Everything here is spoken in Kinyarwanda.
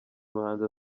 muhanzi